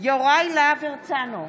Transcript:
יוראי להב הרצנו,